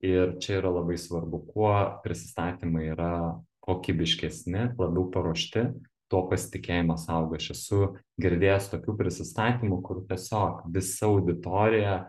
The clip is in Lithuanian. ir čia yra labai svarbu kuo prisistatymai yra kokybiškesni labiau paruošti tuo pasitikėjimas auga aš esu girdėjęs tokių prisistatymų kur tiesiog visa auditorija